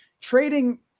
trading